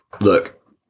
look